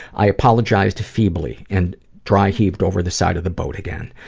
i apologized feebly and dry heaved over the side of the boat again.